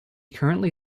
currently